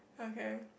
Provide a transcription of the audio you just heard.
okay